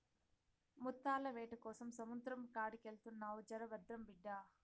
ముత్తాల వేటకోసం సముద్రం కాడికెళ్తున్నావు జర భద్రం బిడ్డా